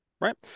right